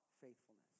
faithfulness